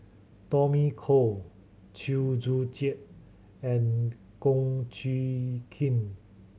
Tommy Koh Chew Joo Chiat and Kum Chee Kin